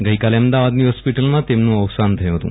ગઇકાલે અમદાવાદની હોસ્પિટલમાં તેમનું અવસાન થયું હતું